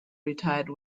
retired